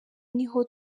niho